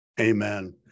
Amen